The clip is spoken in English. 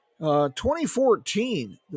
2014